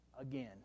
again